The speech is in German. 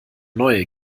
neue